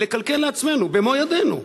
ולקלקל לעצמנו במו ידינו?